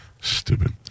Stupid